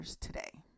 today